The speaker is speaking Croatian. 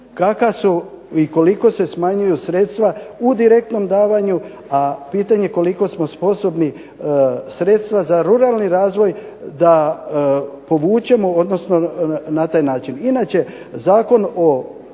kakva su i koliko se smanjuju sredstva u direktnom davanju, a pitanje koliko smo sposobni sredstva za ruralni razvoj da povučemo, odnosno na taj način. Inače Zakon o